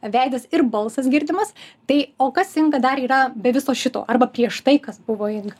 veidas ir balsas girdimas tai o kas inga dar yra be viso šito arba prieš tai kas buvo inga